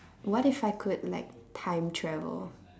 what if I could like time travel